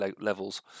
levels